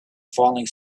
falling